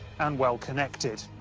and well connected.